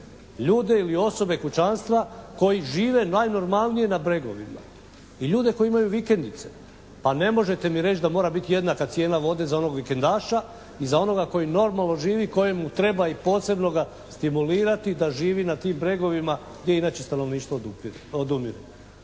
ljude ili osobe, kućanstva koji žive najnormalnije na bregovima i ljude koji imaju vikendice, a ne možete mi reći da mora biti jednaka cijena vode za onog vikendaša i za onoga koji normalno živi i kojemu treba i posebno ga stimulirati da živi na tim bregovima gdje inače stanovništvo odumire?